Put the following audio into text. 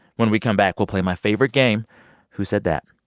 when we come back, we'll play my favorite game who said that?